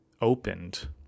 opened